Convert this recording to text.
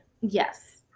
Yes